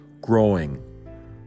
growing